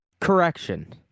correction